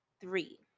three